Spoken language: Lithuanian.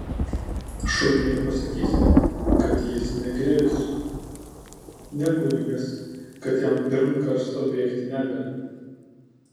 šuniui nepasakysi kad jis ne krivis ne kunigas kad jam pirm karsto bėgti nedera